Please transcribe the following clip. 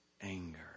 anger